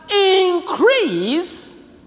increase